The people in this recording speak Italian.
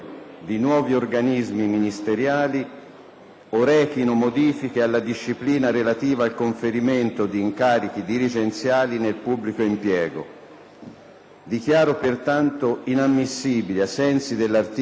rechino modifiche alla disciplina relativa al conferimento di incarichi dirigenziali nel pubblico impiego. Dichiaro pertanto inammissibili, ai sensi dell'articolo 97, comma 1, del Regolamento,